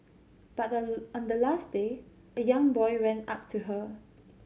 but on on the last day a young boy went up to her